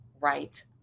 right